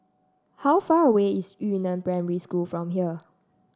how far away is Yu Neng Primary School from here